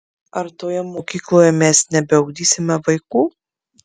ar toje mokykloje mes nebeugdysime vaikų